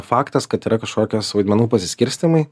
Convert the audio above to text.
faktas kad yra kažkokios vaidmenų pasiskirstymai